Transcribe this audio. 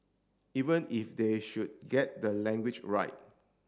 even if they should get the language right